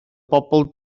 bobl